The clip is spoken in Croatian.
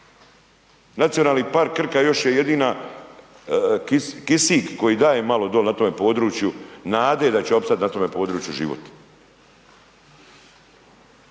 Nacionalni park Krka još je jedini kisik koji daje malo na tome području nade da će opstati na tome području život.